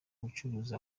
ubucuruzi